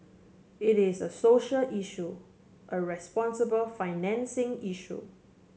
it is a social issue a responsible financing issue